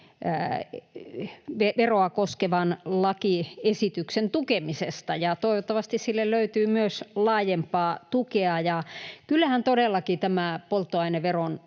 koskevan lakialoitteen tukemisesta, ja toivottavasti sille löytyy myös laajempaa tukea. Kyllähän todellakin polttoaineveron